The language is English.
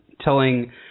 telling –